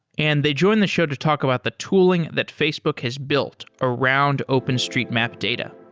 and they join the show to talk about the tooling that facebook has built around openstreemap data